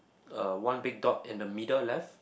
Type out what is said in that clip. uh one big dot in the middle left